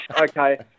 Okay